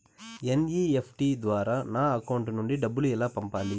NEFT ద్వారా నా account నుండి డబ్బులు ఎలా పంపాలి